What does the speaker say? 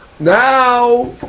Now